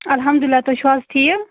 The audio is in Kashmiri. الحمدُاللہ تُہی چھُو حظ ٹھیک